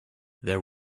there